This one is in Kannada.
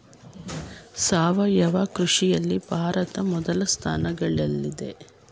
ಸಾವಯವ ಕೃಷಿಯಲ್ಲಿ ಭಾರತ ಮೊದಲ ಸ್ಥಾನದಲ್ಲಿದೆ